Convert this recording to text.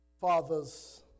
father's